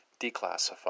declassified